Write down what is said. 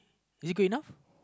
is good enough